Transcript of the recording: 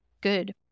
good